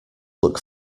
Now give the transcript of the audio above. look